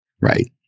Right